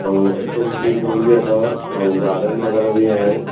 ऐं activity room बि अथव ऐं गार्डन वग़ैरह बि आहे